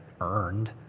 earned